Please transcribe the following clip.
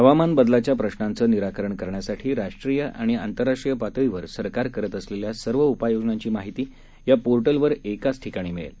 हवामान बदलाच्या प्रश्नांचं निराकरण करण्यासाठी राष्ट्रीय आणि आंतरराष्ट्रीय पातळीवर सरकार करत असलेल्या सर्व उपाययोजनांची माहिती या पोर्टलवर एकाच ठिकाणी मिळेल